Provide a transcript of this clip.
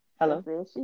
Hello